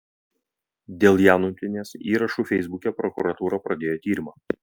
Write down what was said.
dėl janutienės įrašų feisbuke prokuratūra pradėjo tyrimą